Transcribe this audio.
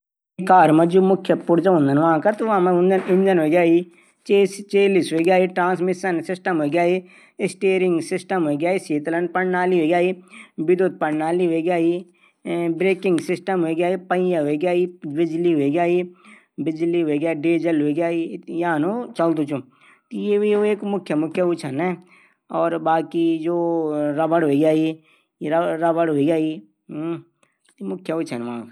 प्याज लहसुन कू संग्रह कनू कू तरीका प्याज लहसुन तै सूखै हवादार स्थान पर रखी सकदा। फ्रीजर मा रख सकदा। लहसून थै हम बोरा मा रख सकदा जैसे ऊ लंबू समय थक चल सकदू।